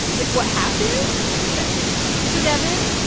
like, what happened ok so devin,